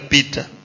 Peter